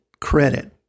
credit